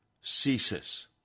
ceases